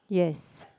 yes